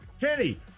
Kenny